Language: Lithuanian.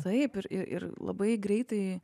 taip ir i ir labai greitai